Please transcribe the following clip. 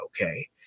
okay